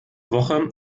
woche